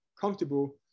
comfortable